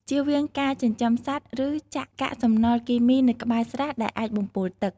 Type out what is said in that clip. ជៀសវាងការចិញ្ចឹមសត្វ ឬចាក់កាកសំណល់គីមីនៅក្បែរស្រះដែលអាចបំពុលទឹក។